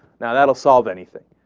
now that will solve anything.